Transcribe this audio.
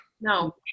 No